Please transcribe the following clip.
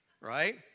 right